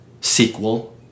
sequel